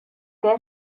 que